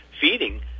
feeding